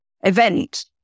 event